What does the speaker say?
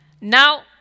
Now